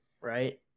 right